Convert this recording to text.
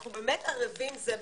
אנחנו ערבים זה בזה.